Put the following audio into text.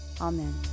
Amen